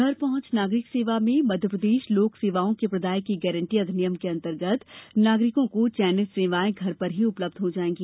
घर पहंच नागरिक सेवा में मध्यप्रदेश लोक सेवाओं के प्रदाय की गारंटी अधिनियम के अंतर्गत नागरिकों को चयनित सेवाएं घर पर ही उपलब्ध हो जाएगी